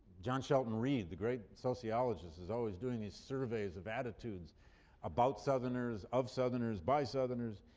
john shelton reed, the great sociologist, is always doing these surveys of attitudes about southerners, of southerners, by southerners.